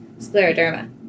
scleroderma